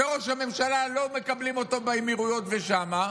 שראש הממשלה, לא מקבלים אותה באמירויות ושם?